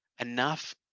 enough